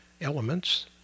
elements